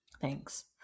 Thanks